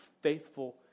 faithful